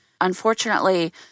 Unfortunately